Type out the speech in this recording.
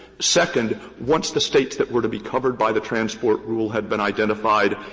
second, once the states that were to be covered by the transport rule had been identified,